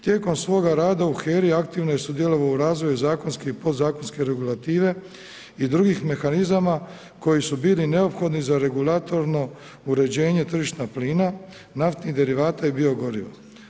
Tijekom svoga rada u HERA-i aktivno je sudjelovao u razvoju zakonske i podzakonske regulative i drugih mehanizama koji su bili neophodni za regulatorno uređenje tržišta plina, naftnih derivata i bio goriva.